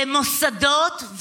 למוסדות,